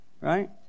right